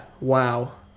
wow